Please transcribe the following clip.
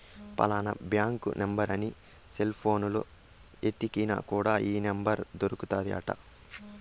ఫలానా bank number అని cell పోనులో ఎతికిన కూడా ఈ నెంబర్ దొరుకుతాది అంట